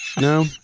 No